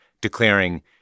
declaring